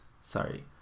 sorry